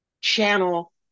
channel